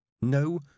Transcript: No